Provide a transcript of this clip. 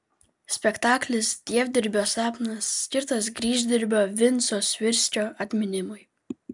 spektaklis dievdirbio sapnas skirtas kryždirbio vinco svirskio atminimui